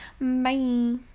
Bye